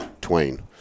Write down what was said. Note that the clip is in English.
Twain